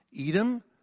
Edom